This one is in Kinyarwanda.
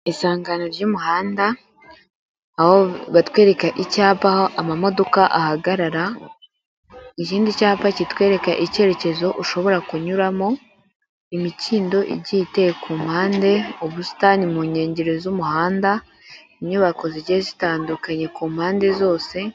Isangano ry'umuhanda aho batwereka icyapa aho amamodoka ahagarara. Ikindi cyapa kitwereka icyerekezo ushobora kunyuramo, imikindo igiye iteye ku mpande, ubusitani mu nkengero z'umuhanda, inyubako zigiye zitandukanye ku mpande zose.